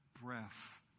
breath